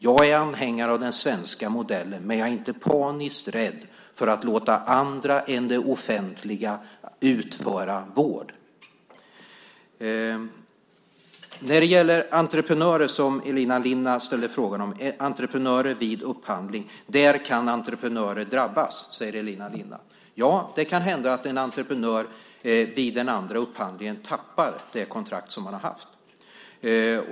Jag är anhängare av den svenska modellen, men jag är inte paniskt rädd för att låta andra än det offentliga utföra vård. Elina Linna frågade om entreprenörer vid upphandling, och hon säger att entreprenörer kan drabbas. Ja, det kan hända att en entreprenör vid den andra upphandlingen tappar det kontrakt som han haft.